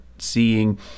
seeing